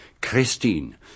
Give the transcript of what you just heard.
Christine